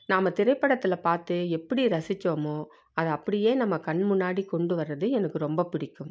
நாம் திரைப்படத்தில் பார்த்து எப்படி ரசித்தோமோ அதை அப்படியே நம்ம கண் முன்னாடி கொண்டு வர்றது எனக்கு ரொம்ப பிடிக்கும்